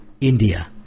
India